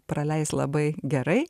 praleis labai gerai